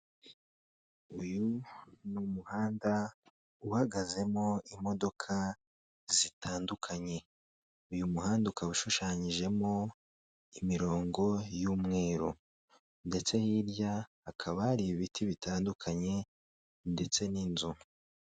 Uyu ni umuhanda uhagazemo imodoka zitandukanye, uyu muhanda ukaba ushushanyijemo imirongo y'umweru ndetse hirya hakaba hari ibiti bitandukanye ndetse n'inzu.